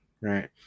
right